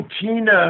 Tina